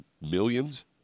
millions